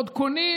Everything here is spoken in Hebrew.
ועוד קונים